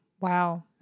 wow